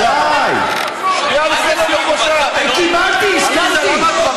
די, דוד, תירגעו.